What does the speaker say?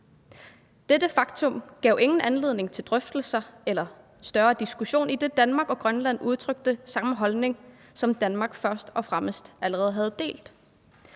Dette faktum gav ingen anledning til drøftelser eller større diskussion, idet Danmark og Grønland udtrykte samme holdning, som Danmark først og fremmest allerede havde delt.